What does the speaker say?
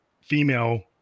female